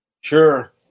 Sure